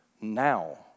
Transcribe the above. Now